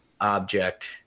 object